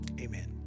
Amen